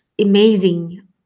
amazing